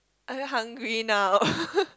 I very hungry now